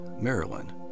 Maryland